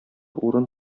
урын